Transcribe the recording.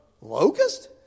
Locust